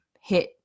hit